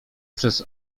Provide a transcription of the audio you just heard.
przez